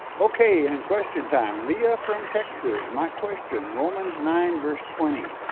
okay, and question time, leah from texas, my question, romans nine, verse twenty.